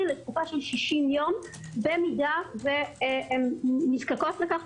לתקופה של 60 יום במידה והן נזקקות לכך,